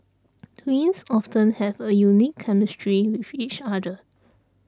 twins often have a unique chemistry with each other